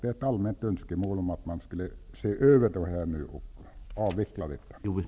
Det är ett allmänt önskemål att detta nu ses över och avvecklas.